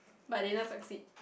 but they never succeed